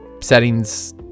settings